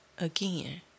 Again